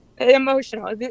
emotional